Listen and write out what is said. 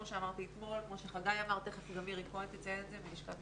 כמו שאמרתי אתמול וכמו שחגי אמר ותכף גם מירי כהן תציין אותו ותסביר.